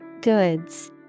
Goods